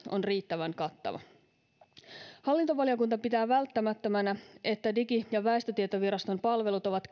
on riittävän kattava hallintovaliokunta pitää välttämättömänä että digi ja väestötietoviraston palvelut ovat